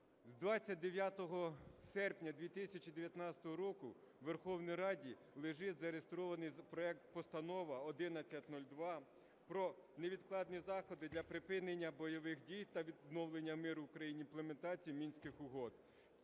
З 29 серпня 2019 року в Верховній Раді лежить зареєстрований проект Постанови 1102 про невідкладні заходи для припинення бойових дій та відновлення миру в країні, імплементації Мінських угод.